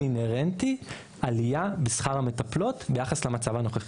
אינהרנטי עלייה בשכר המטפלות ביחס למצב הנוכחי.